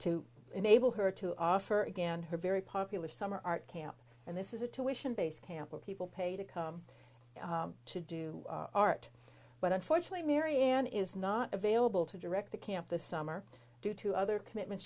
to enable her to offer again her very popular summer art camp and this is a tuition base camp where people pay to come to do art but unfortunately marianne is not available to direct the camp this summer due to other commitments